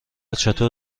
چطور